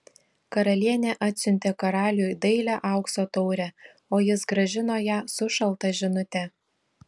karalienė atsiuntė karaliui dailią aukso taurę o jis grąžino ją su šalta žinute